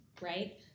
right